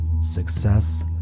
Success